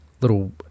little